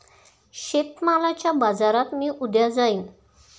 शेतमालाच्या बाजारात मी उद्या जाईन